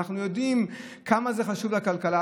ואנחנו יודעים כמה זה חשוב לכלכלה.